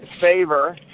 Favor